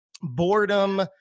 boredom